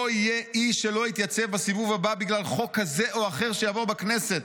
לא יהיה איש שלא יתייצב בסיבוב הבא בגלל חוק כזה או אחר שיעבור בכנסת.